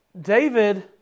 David